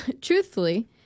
truthfully